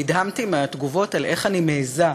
נדהמתי מהתגובות על איך אני מעזה.